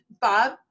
Bob